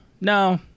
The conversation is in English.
no